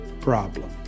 problem